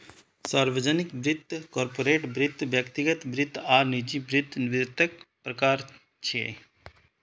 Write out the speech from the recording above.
सार्वजनिक वित्त, कॉरपोरेट वित्त, व्यक्तिगत वित्त आ निजी वित्त वित्तक प्रकार छियै